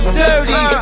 dirty